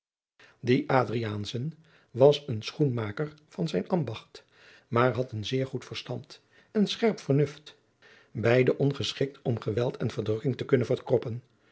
adriaanzen was een schoenmaker van zijn ambacht maar had een zeer goed verstand en scherp vernuft beide ongeschikt om geweld en verdrukking te kunnen verkroppen